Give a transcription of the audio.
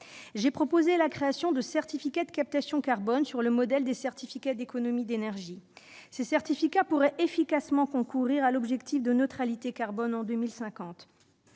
J'ai proposé la création de « certificats de captation carbone », sur le modèle des certificats d'économie d'énergie. Ces certificats pourraient efficacement concourir à la réalisation de l'objectif de neutralité carbone en 2050.